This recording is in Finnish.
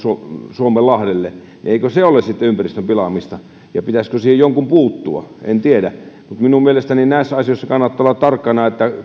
suomenlahdelle niin eikö se ole sitten ympäristön pilaamista ja pitäisikö siihen jonkun puuttua en tiedä mutta minun mielestäni näissä asioissa kannattaa olla tarkkana että